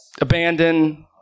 abandoned